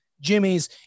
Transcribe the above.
jimmy's